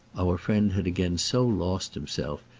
our friend had again so lost himself,